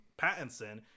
Pattinson